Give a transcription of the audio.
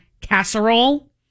casserole